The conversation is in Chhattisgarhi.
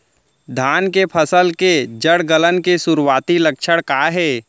धान के फसल के जड़ गलन के शुरुआती लक्षण का हे?